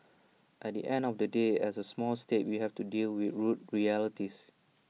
at the end of the day as A small state we have to deal with rude realities